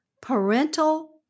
Parental